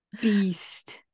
Beast